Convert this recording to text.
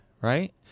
right